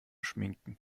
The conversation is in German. schminken